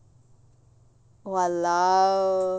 !walao!